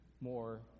more